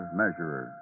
measurer